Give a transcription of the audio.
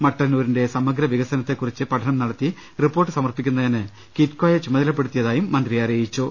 മട്ടന്നൂരിന്റെ സമഗ്ര വികസനത്തെക്കുറിച്ച് പഠനം നടത്തി റിപ്പോർട്ട് സമർപ്പിക്കുന്നതിന് കിറ്റ്കോ യെ ചുമതലപ്പെടുത്തിയ തായും മന്ത്രി അറിയിച്ചു